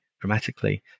dramatically